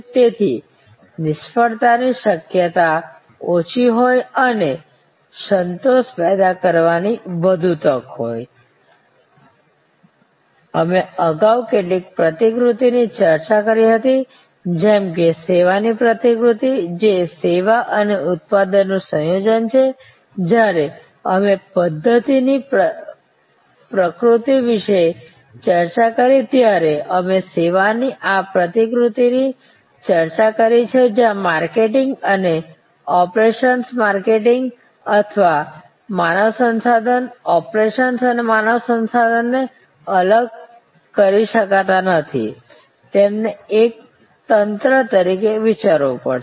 તેથી નિષ્ફળતાની શક્યતા ઓછી હોય અને સંતોષ પેદા કરવાની વધુ તક હોય અમે અગાઉ કેટલાક પ્રતિકૃતિ ની ચર્ચા કરી હતી જેમ કે સેવા ની પ્રતિકૃતિ જે સેવા અને ઉત્પાદનનું સંયોજન છે જ્યારે અમે પ્દ્ધત્તિ ની પ્રકૃતિ વિશે ચર્ચા કરી ત્યારે અમે સેવા ની આ પ્રતિકૃતિ ની ચર્ચા કરી છે જ્યાં માર્કેટિંગ અને ઓપેરેશન્સ માર્કેટિંગ અથવા માનવ સંસાધન ઓપેરેશન્સ અને માનવ સંસાધનને અલગ કરી શકાતા નથી તેમને એક તંત્ર તરીકે વિચારવું પડશે